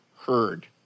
heard